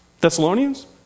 Thessalonians